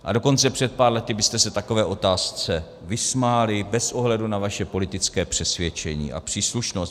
A dokonce před pár lety byste se takové otázce vysmáli bez ohledu na své politické přesvědčení a příslušnost.